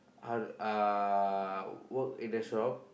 how to uh work in the shop